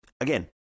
again